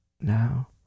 now